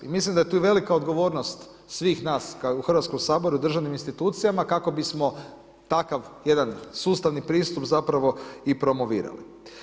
I mislim da je tu velika odgovornost svih nas u Hrvatskom saboru i državnim institucijama kako bismo takav jedan sustavni pristup zapravo i promovirali.